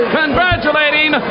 congratulating